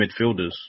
midfielders